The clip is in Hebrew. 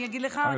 אני אגיד לך.